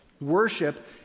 Worship